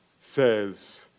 says